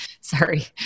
Sorry